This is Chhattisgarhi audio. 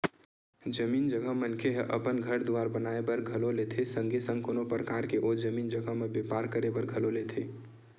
जमीन जघा मनखे ह अपन घर दुवार बनाए बर घलो लेथे संगे संग कोनो परकार के ओ जमीन जघा म बेपार करे बर घलो लेथे